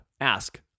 Ask